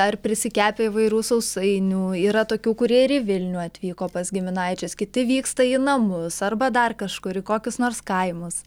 ar prisikepę įvairių sausainių yra tokių kurie ir į vilnių atvyko pas giminaičius kiti vyksta į namus arba dar kažkur į kokius nors kaimus